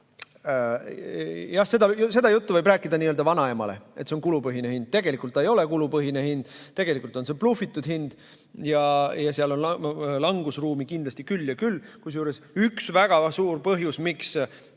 Jah, seda juttu võib rääkida n‑ö vanaemale, et see on kulupõhine hind. Tegelikult see ei ole kulupõhine hind. Tegelikult on see blufitud hind ja seal on langusruumi kindlasti küll ja küll, kusjuures üks väga suur põhjus, miks